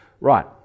right